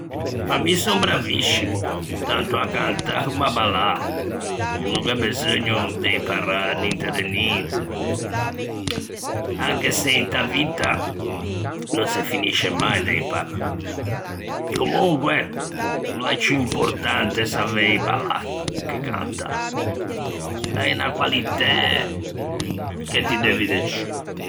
Ma mi son braviscimo, tanto à cantâ comme à ballâ, no gh'é beseugno de imparâ ninte de ninte, anche se inta vitta no se finisce mai de imparâ; comonque l'é ciù importante savei ballâ che cantâ, l'é unna qualitæ che ti deuvi de ciù.